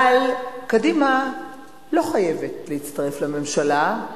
אבל קדימה לא חייבת להצטרף לממשלה,